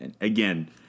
Again